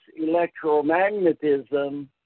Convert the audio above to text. electromagnetism